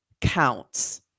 counts